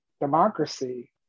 democracy